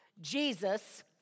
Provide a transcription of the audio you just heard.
Jesus